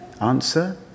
Answer